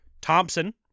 Thompson